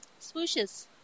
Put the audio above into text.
Swooshes